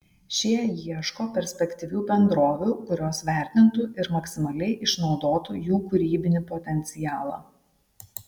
šie ieško perspektyvių bendrovių kurios vertintų ir maksimaliai išnaudotų jų kūrybinį potencialą